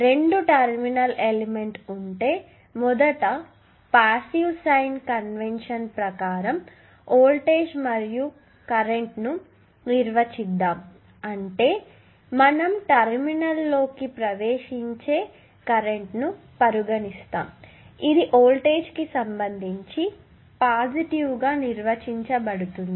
రెండు terminal element ఉంటే మొదట ప్యాసివ్ సైన్ కన్వెన్షన్ ప్రకారం వోల్టేజ్ మరియు కరెంట్ను నిర్వచిద్దాము అంటే మనం టెర్మినల్లోకి ప్రవేశించే కరెంట్ను పరిగణిస్తాము ఇది వోల్టేజ్ కి సంబంధించి పాజిటివ్గా నిర్వచించబడుతుంది